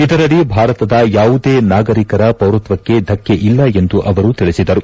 ಇದರಡಿ ಭಾರತದ ಯಾವುದೇ ನಾಗರಿಕರ ಪೌರತ್ವಕ್ಕೆ ಧಕ್ಕೆ ಇಲ್ಲ ಎಂದು ಅವರು ತಿಳಿಸಿದರು